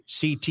CT